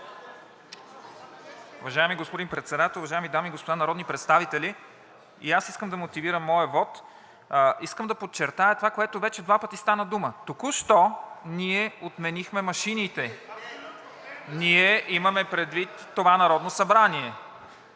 Уважаеми господин Председател, уважаеми дами и господа народни представители! И аз искам да мотивирам моя вот. Искам да подчертая това, което вече два пъти стана дума. Току-що ние отменихме машините. КИРИЛ ПЕТКОВ (Продължаваме